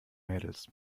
mädels